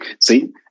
see